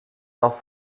darf